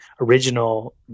original